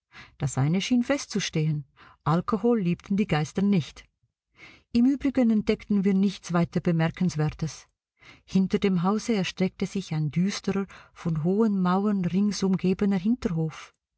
das eine schien festzustehen alkohol liebten die geister nicht im übrigen entdeckten wir nichts weiter bemerkenswertes hinter dem hause erstreckte sich ein düsterer von hohen mauern rings umgebener hinterhof